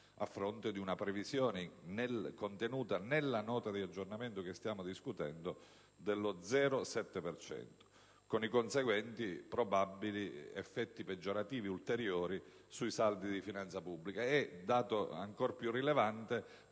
a fronte di una previsione contenuta nella Nota di aggiornamento che stiamo discutendo dello 0,7 per cento, con i conseguenti probabili effetti peggiorativi ulteriori sui saldi di finanza pubblica e - dato ancora più rilevante